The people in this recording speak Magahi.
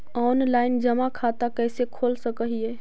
ऑनलाइन जमा खाता कैसे खोल सक हिय?